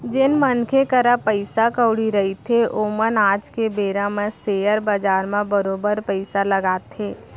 जेन मनखे करा पइसा कउड़ी रहिथे ओमन आज के बेरा म सेयर बजार म बरोबर पइसा लगाथे